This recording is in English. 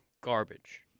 garbage